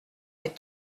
est